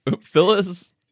Phyllis